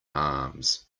arms